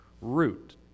root